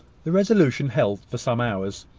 the resolution held for some hours.